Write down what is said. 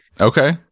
Okay